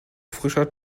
frischer